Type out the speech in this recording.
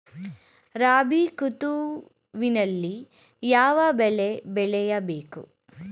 ರಾಬಿ ಋತುವಿನಲ್ಲಿ ಯಾವ ಬೆಳೆ ಬೆಳೆಯ ಬೇಕು?